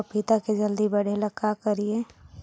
पपिता के जल्दी बढ़े ल का करिअई?